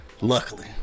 Luckily